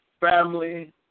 Family